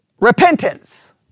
repentance